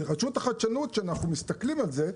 הרשות לחדשנות, כאשר אנחנו מסתכלים על זה,